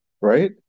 right